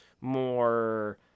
more